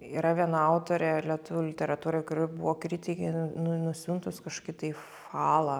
yra viena autorė lietuvių literatūroj kuri buvo kritikei n nu nusiuntus kažkokį tai falą